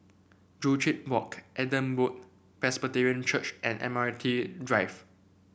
Joo Chiat Walk Adam Road Presbyterian Church and Admiralty Drive